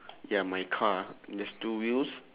ya my car there's two wheels